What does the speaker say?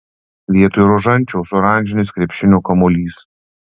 vietoj rožančiaus oranžinis krepšinio kamuolys